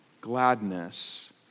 gladness